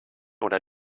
oder